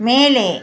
மேலே